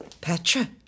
Petra